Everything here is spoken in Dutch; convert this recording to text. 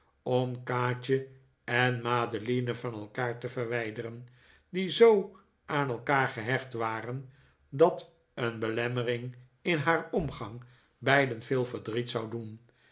om kaatje en madeline van elkaar te verwijderen die zoo aan elkaar gehecht waren dat een belemmering in haar omgang beiden veel verdriet zou doen